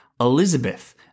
Elizabeth